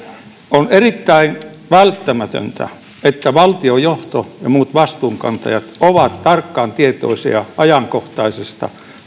on erittäin välttämätöntä että valtiojohto ja muut vastuunkantajat ovat tarkkaan tietoisia ajankohtaisesta